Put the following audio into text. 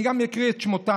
ואני גם אקריא את שמותיהם: